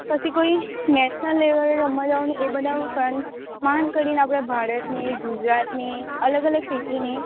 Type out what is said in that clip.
પછી કોઈ નેશનલ લેવલે રમવા જવાનું એ બધા ફ્રંટ પાર કરીને આપણે ભારતની ગુજરાતની અલગ અલગ સિટીની